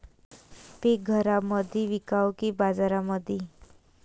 पीक घरामंदी विकावं की बाजारामंदी?